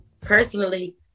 personally